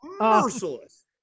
Merciless